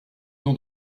nom